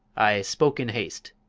i spoke in haste,